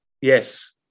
Yes